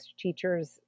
teachers